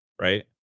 right